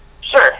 Sure